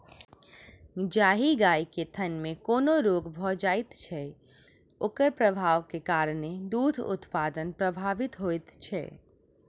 जाहि गाय के थनमे कोनो रोग भ जाइत छै, ओकर प्रभावक कारणेँ दूध उत्पादन प्रभावित होइत छै